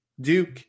Duke